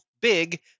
big